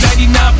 99